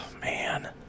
man